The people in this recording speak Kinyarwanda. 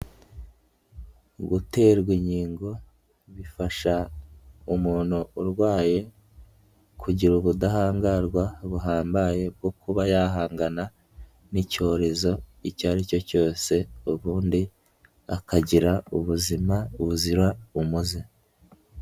Guterwa inkingo bifasha umuntu urwaye kugira ubudahangarwa buhambaye bwo kuba yahangana n'icyorezo icyo ari cyo cyose ubundi akagira ubuzima buzira umuze.